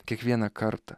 kiekvieną kartą